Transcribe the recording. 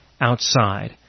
outside